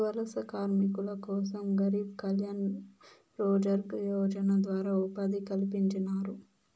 వలస కార్మికుల కోసం గరీబ్ కళ్యాణ్ రోజ్గార్ యోజన ద్వారా ఉపాధి కల్పించినారు